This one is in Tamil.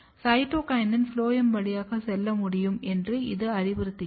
சைட்டோகினின் ஃபுளோயம் வழியாக செல்ல முடியும் என்று இது அறிவுறுத்துகிறது